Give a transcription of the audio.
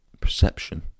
perception